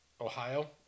Ohio